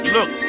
Look